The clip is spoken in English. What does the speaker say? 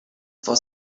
for